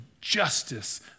justice